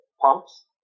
pumps